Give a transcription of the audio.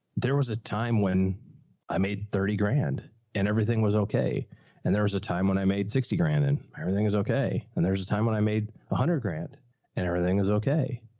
there was a time when i made thirty grand and everything was okay and there was a time when i made sixty grand and everything is okay and there's a time when i made a hundred grand and everything is okay.